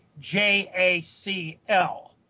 JACL